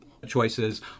choices